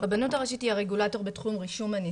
הרבנות הראשית היא הרגולטור בתחום רישום הנישואים.